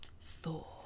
Thor